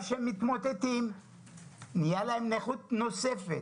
שהם מתמוטטים והגיעו למצב שיש להם נכות נוספת.